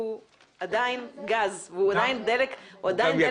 הוא עדיין גז והוא עדיין דלק פוסילי.